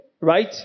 right